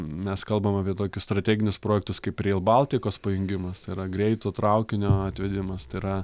mes kalbam apie tokius strateginius projektus kaip riel baltikos pajungimas tai yra greito traukinio atvedimas tai yra